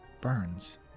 burns